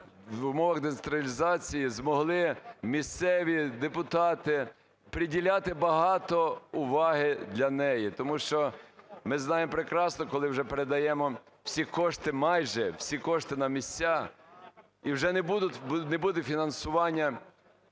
в умовах децентралізації змогли місцеві депутати приділяти багато уваги для неї, тому що ми знаємо прекрасно, коли вже передаємо всі кошти, майже всі кошти на місця, і вже не буде фінансування